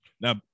Now